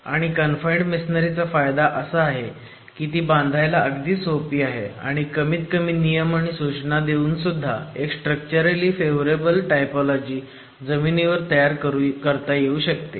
आणि कनफाईण्ड मेसोनरीचा फायदा असा आहे की ती बांधायला अगदी सोपी आहे आणि कमीत कमी नियम आणि सूचना देऊन सुद्धा एक स्ट्रक्चरली फेव्हरेबल टायपोलोजी जमिनीवर तयार करता येऊ शकते